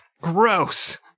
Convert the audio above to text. Gross